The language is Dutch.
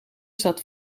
staat